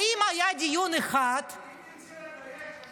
האם היה דיון אחד --- אם תרצי לדייק,